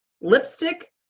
lipstick